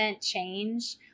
change